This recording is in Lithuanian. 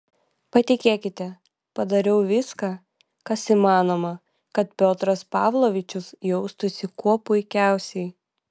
patikėkite padariau viską kas įmanoma kad piotras pavlovičius jaustųsi kuo puikiausiai